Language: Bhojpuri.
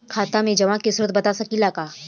खाता में जमा के स्रोत बता सकी ला का?